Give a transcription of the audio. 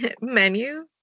menu